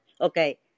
Okay